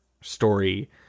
story